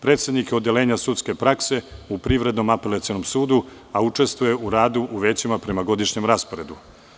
Predsednik je Odeljenja sudske prakse u Privrednom apelacionom sudu, a učestvuje u radu u većima prema godišnjem rasporedu.